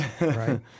right